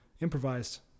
improvised